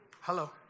Hello